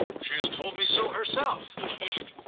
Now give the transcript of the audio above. she has told me so herself, he said.